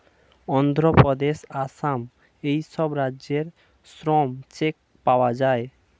অন্ধ্রপ্রদেশ, আসাম এই সব রাজ্যে শ্রম চেক পাওয়া যায়